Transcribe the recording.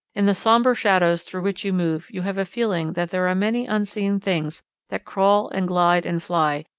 in the sombre shadows through which you move you have a feeling that there are many unseen things that crawl and glide and fly,